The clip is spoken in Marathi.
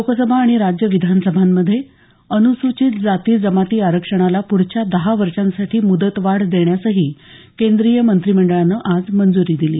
लोकसभा आणि राज्य विधानसभांमध्ये अनुसूचित जाती जमाती आरक्षणाला पुढच्या दहा वर्षांसाठी मुदतवाढ देण्यासही केंद्रीय मंत्रिमंडळानं आज मंजूरी दिली